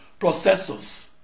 processors